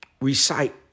recite